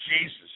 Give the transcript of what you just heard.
Jesus